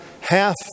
half